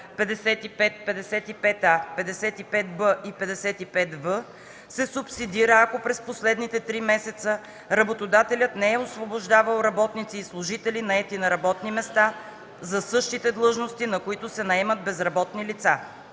55, 55а, 55б и 55в се субсидира, ако през последните три месеца работодателят не е освобождавал работници и служители, наети на работни места за същите длъжности, на които се наемат безработни лица.